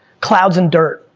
clouds and dirt,